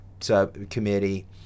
subcommittee